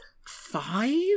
Five